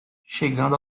chegando